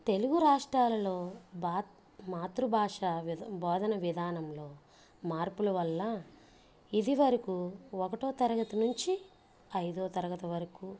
తెలుగు రాష్ట్రాలలో బాత్ మాతృ భాష బోధన విధానంలో మార్పుల వల్ల ఇది వరకు ఒక్కటో తరగతి నుంచి ఐదో తరగతి వరకు